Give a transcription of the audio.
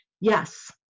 yes